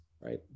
right